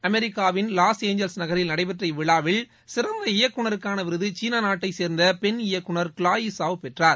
அமெரிக்காவின் Los Angeles நகரில் நடைபெற்ற இவ்விழாவில் சிறந்த இயக்குநருக்கான விருது சீனா நாட்டை சேர்ந்த பெண் இயக்குநர் க்ளோயி சாவ் பெற்றார்